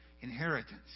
inheritance